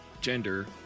gender